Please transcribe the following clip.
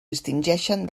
distingeixen